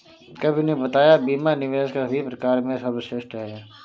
कवि ने बताया बीमा निवेश के सभी प्रकार में सर्वश्रेष्ठ है